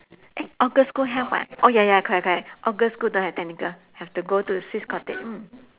eh all girls' school have [what] oh ya ya correct correct all girls' school don't have technical have to go to swiss cottage mm